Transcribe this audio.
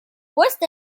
worst